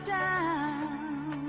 down